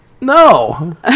no